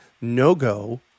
no-go